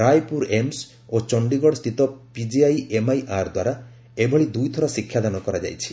Raipur AIIMS ଓ ଚଣ୍ଡୀଗଡ଼ ସ୍ଥିତ ପିକିଆଇଏମ୍ଇଆର୍ଦ୍ୱାରା ଏଭଳି ଦୁଇ ଥର ଶିକ୍ଷାଦାନ କରାଯାଇଛି